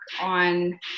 on